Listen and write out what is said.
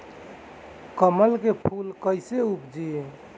कमल के फूल कईसे उपजी?